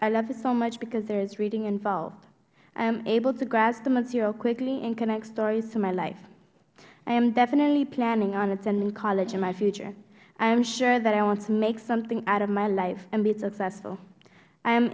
i love it so much because there is reading involved i am able to grasp the material quickly and connect stories to my life i am definitely planning on attending college in my future i am sure that i want to make something out of my life and be successful i am